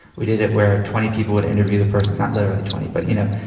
we did it where twenty people would interview the person not literally twenty but you know,